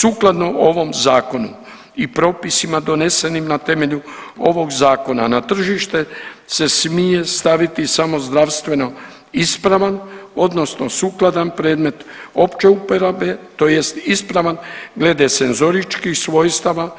Sukladno ovom zakonu i propisima donesenim na temelju ovog zakona na tržište se smije staviti samo zdravstveno ispravan odnosno sukladan predmet opće uporabe tj. ispravan glede senzoričkih svojstava,